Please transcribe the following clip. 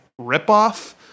ripoff